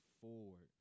forward